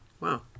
Wow